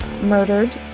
murdered